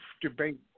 debate